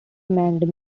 manned